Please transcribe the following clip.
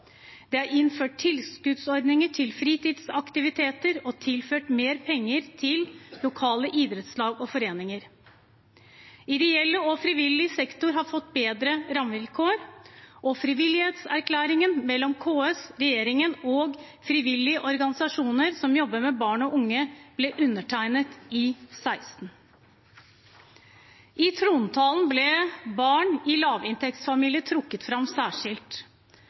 det er innført tilskuddsordninger til fritidsaktiviteter, og det er tilført mer penger til lokale idrettslag og foreninger. Ideell og frivillig sektor har fått bedre rammevilkår, og frivillighetserklæringen mellom KS, regjeringen og frivillige organisasjoner som jobber med barn og unge, ble undertegnet i 2016. I trontalen ble barn i lavinntektsfamilier trukket fram særskilt.